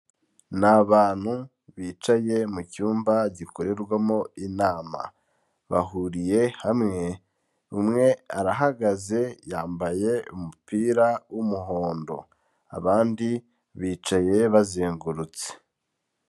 Ni abantu bicaye mu cyumba gikorerwamo inama, bahuriye hamwe, umwe arahagaze yambaye umupira w'umuhondo, abandi bicaye bazengurutse.